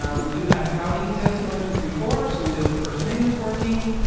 um we do have howdy testing one, two, three, four. so we know the first name is working